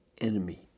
enemy